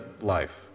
life